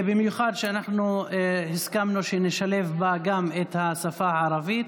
במיוחד שהסכמנו שנשלב בה גם את השפה הערבית